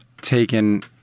taken